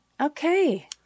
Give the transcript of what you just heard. Okay